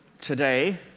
today